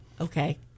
Okay